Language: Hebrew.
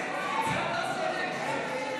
לא נתקבלה.